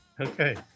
Okay